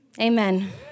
amen